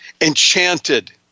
enchanted